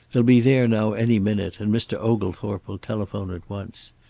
they'll be there now any minute, and mr. oglethorpe will telephone at once.